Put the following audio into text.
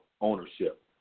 ownership